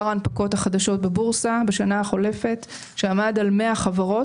ההנפקות החדשות בבורסה בשנה החולפת שעמד על 100 חברות.